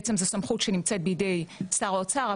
בעצם זו סמכות שנמצאת בידי שר האוצר,